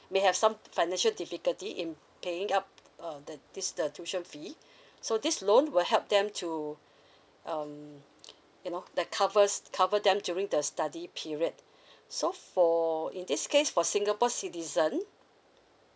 may have some financial difficulty in paying up uh the this the tuition fee so this loan will help them to um you know that covers cover them during the study period so for in this case for singapore citizen